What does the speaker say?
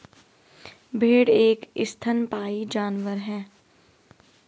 भेड़ एक स्तनपायी जानवर है